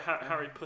Harry